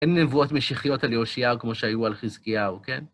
אין נבואות משיחיות על יאושיהו כמו שהיו על חזקיהו, כן?